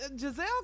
Giselle